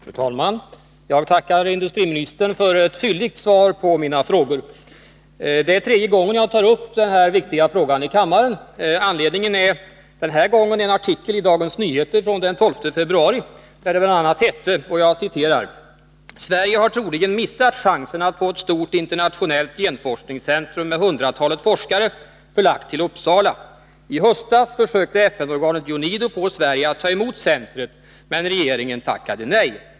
Fru talman! Jag tackar industriministern för det fylliga svaret på mina frågor. Anledningen till att jag återkommer i denna viktiga fråga en tredje gång här i kammaren är en artikel i Dagens Nyheter den 12 februari. Där sägs bl.a.: ”Sverige har troligen missat chansen att få ett stort internationellt genforskningscentrum med hundratalet forskare förlagt till Uppsala. I höstas försökte FN-organet UNIDO få Sverige att ta emot centret, men regeringen tackade nej.